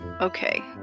Okay